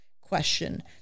question